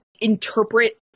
interpret